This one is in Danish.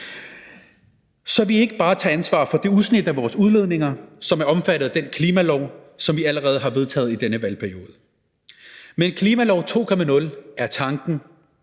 så vi ikke bare tager ansvar for det udsnit af vores udledninger, som er omfattet af den klimalov, som vi allerede har vedtaget i denne valgperiode. Med en klimalov 2.0 er tanken,